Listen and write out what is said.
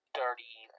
dirty